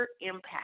impact